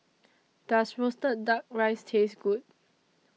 Does Roasted Duck Rice Taste Good